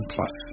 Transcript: Plus